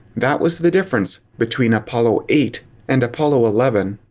that was the difference between apollo eight and apollo eleven.